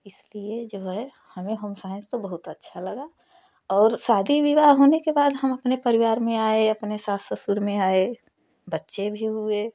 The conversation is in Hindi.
इसलिए जो है हमें होमसाइंस तो बहुत अच्छा लगा और शादी विवाह होने के बाद हम अपने परिवार में आए अपने सास ससुर में आए बच्चे भी हुए